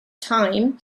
time